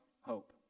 hope